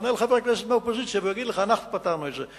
פנה לחבר כנסת מהאופוזיציה והוא יגיד לך: אנחנו פתרנו את זה.